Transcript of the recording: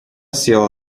села